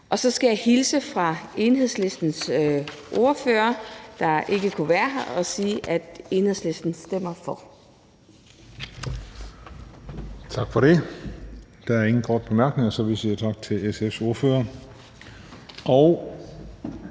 Og så skal jeg hilse fra Enhedslistens ordfører, der ikke kunne være her, og sige, at Enhedslisten stemmer for.